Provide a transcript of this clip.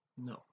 no